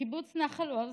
בקיבוץ נחל עוז.